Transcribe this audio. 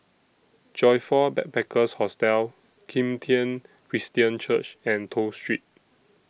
Joyfor Backpackers' Hostel Kim Tian Christian Church and Toh Street